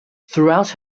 throughout